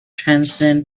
transcend